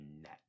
net